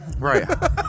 Right